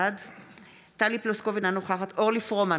בעד טלי פלוסקוב, אינה נוכחת אורלי פרומן,